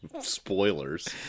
spoilers